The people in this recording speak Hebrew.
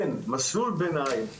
מסלול ביניים,